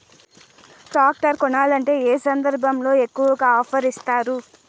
Tractor కొనాలంటే ఏ సందర్భంలో ఎక్కువగా ఆఫర్ ఇస్తారు?